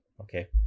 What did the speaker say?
okay